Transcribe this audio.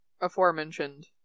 aforementioned